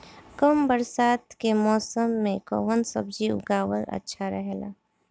कम बरसात के मौसम में कउन सब्जी उगावल अच्छा रहेला?